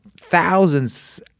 thousands